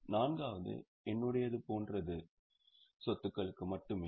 நான்காவது என்னுடையது போன்ற சொத்துகளுக்கு மட்டுமே